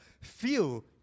feel